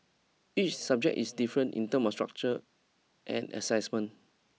each subject is different in term of structure and assessment